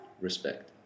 Respect